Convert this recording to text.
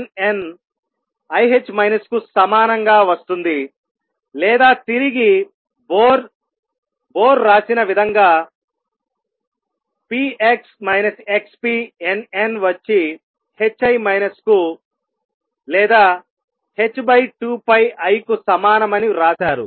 nn i కు సమానంగా వస్తుంది లేదా తిరిగి బోర్ రాసిన విధంగా nn వచ్చి i కు లేదాh2πi కు సమానమని వ్రాశారు